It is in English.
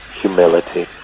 Humility